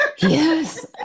Yes